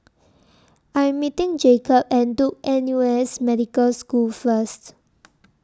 I Am meeting Jakob At Duke N U S Medical School First